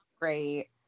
great